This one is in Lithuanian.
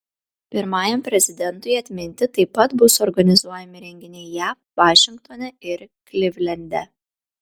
pirmajam prezidentui atminti taip pat bus organizuojami renginiai jav vašingtone ir klivlende